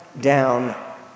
down